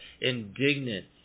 indignant